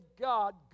God